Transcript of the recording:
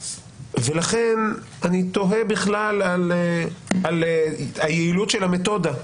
ולכן, אני תוהה בכלל על היעילות של המתודה.